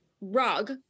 rug